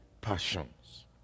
passions